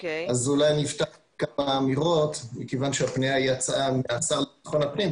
אני אפתח בכמה אמירות מכיוון שהפנייה יצאה מהשר לביטחון הפנים,